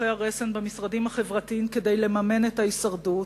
ומשולחי הרסן במשרדים החברתיים כדי לממן את ההישרדות.